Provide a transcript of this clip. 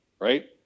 right